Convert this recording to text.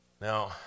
Now